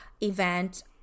event